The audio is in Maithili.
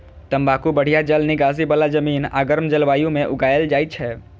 तंबाकू बढ़िया जल निकासी बला जमीन आ गर्म जलवायु मे उगायल जाइ छै